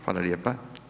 Hvala lijepa.